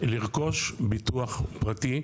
לרכוש ביטוח פרטי.